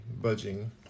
Budging